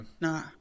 no